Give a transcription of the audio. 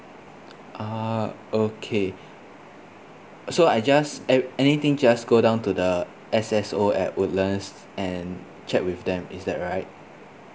ah okay so I just a~ anything just go down to the S_S_O at woodlands and check with them is that right